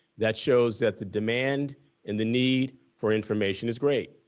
that shows that the demand in the need for information is great,